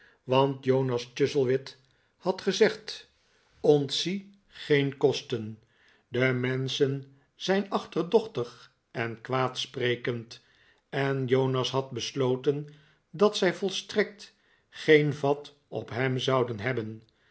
want jonas chuzzlewit had gezegd ontzie geen kosten de menschen zijn achterdochtig en kwaadsprekend en jonas had besloten dat zij yolstrekt geen vat op hem zouden hebben